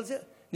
אבל זה נגמר.